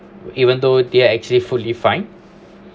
even though they are actually fully fine